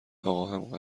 آقاهم